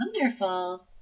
Wonderful